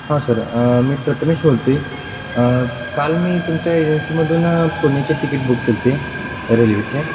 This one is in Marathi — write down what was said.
हां सर मी प्रथमेश बोलतो आहे काल मी तुमच्या एजन्सीमधून पुण्याचे तिकीट बुक केले होते रेल्वेचे